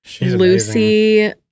Lucy